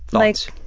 like?